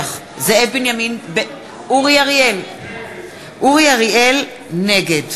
נוכח אורי אריאל, נגד